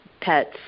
pets